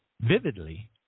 vividly